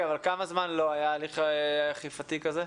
כמה זמן לא היה הליך אכיפתי כזה?